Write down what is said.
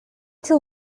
till